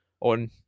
on